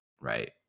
right